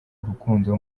urukundo